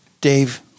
Dave